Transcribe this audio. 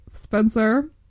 Spencer